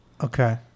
Okay